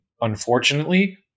unfortunately